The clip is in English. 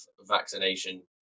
vaccination